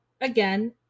again